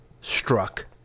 struck